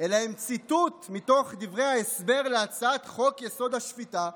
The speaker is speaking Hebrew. אלא הם ציטוט מתוך דברי ההסבר להצעת חוק-יסוד: השפיטה,